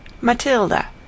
Matilda